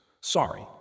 Sorry